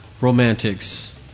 romantics